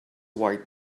white